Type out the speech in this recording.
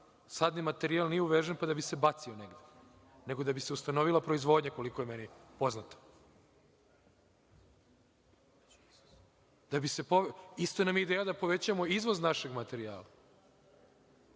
sadni materijal nije uvezen da bi se bacio negde, nego da bi se ustanovila proizvodnja, koliko je meni poznato. Isto nam je ideja na povećamo izvoz našeg materijala.